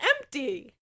empty